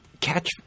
catch